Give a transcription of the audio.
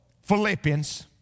Philippians